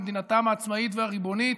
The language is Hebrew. במדינתם העצמאית והריבונית,